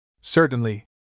Certainly